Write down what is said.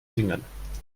singen